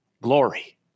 Glory